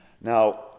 Now